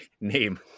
name